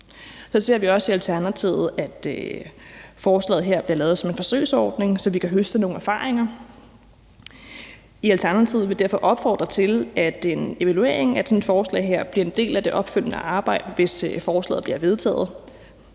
Så ser vi i Alternativet også gerne, at forslaget her bliver lavet som en forsøgsordning, så vi kan høste nogle erfaringer. I Alternativet vil vi derfor opfordre til, at en evaluering af sådan et forslag her bliver en del af det opfølgende arbejde, hvis forslaget bliver vedtaget.